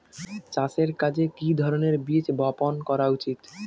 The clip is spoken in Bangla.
চাষের কাজে কি ধরনের বীজ বপন করা উচিৎ?